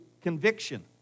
conviction